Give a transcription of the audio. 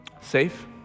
Safe